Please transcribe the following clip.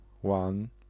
one